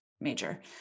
major